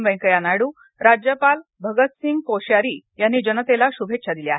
वेंकय्या नायडू राज्यपाल भगत सिंह कोश्यारी यांनी जनतेला शुभेच्छा दिल्या आहेत